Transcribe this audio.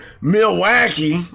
Milwaukee